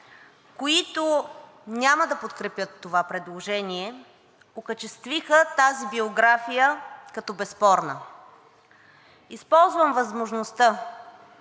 които няма да подкрепят това предложение, окачествиха тази биография като безспорна. Използвам възможността